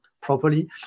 properly